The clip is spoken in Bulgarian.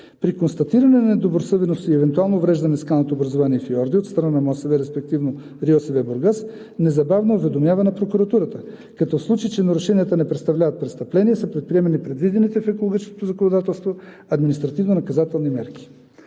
При констатиране на недобросъвестност и евентуално увреждане на скалните образувания и фиорди от страна на МОСВ, респективно РИОСВ – Бургас, незабавно е уведомявана прокуратурата – в случай че нарушенията не представляват престъпление, като са предприемани предвидените в екологичното законодателство административно-наказателни мерки.